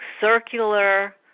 circular